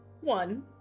one